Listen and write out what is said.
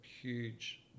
huge